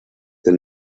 del